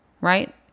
right